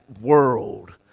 world